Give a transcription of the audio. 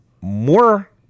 more